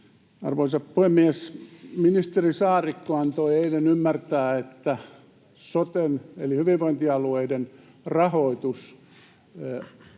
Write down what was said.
Arvoisa puhemies! Ministeri Saarikko antoi eilen ymmärtää, että soten eli hyvinvointialueiden rahoitus